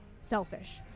selfish